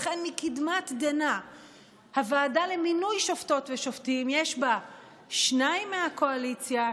לכן מקדמת דנא בוועדה למינוי שופטות ושופטים יש שניים מהקואליציה,